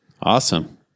Awesome